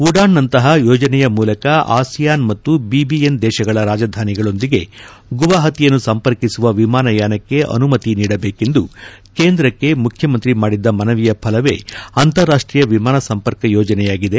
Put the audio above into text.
ಉಡಾನ್ನಂತಹ ಯೋಜನೆಯ ಮೂಲಕ ಆಸಿಯಾನ್ ಮತ್ತು ಬಿಬಿಎನ್ ದೇಶಗಳ ರಾಧಾನಿಗಳೊಂದಿಗೆ ಗುವಾಹಟಿಯನ್ನು ಸಂಪರ್ಕಿಸುವ ವಿಮಾನಯಾನಕ್ಕೆ ಅನುಮತಿ ನೀಡಬೇಕೆಂದು ಕೇಂದ್ರಕ್ಕೆ ಮುಖ್ಯಮಂತ್ರಿ ಮಾಡಿದ್ದ ಮನವಿಯ ಫಲವೇ ಅಂತಾರಾಷ್ಷೀಯ ವಿಮಾನ ಸಂಪರ್ಕ ಯೋಜನೆಯಾಗಿದೆ